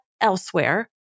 elsewhere